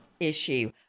Issue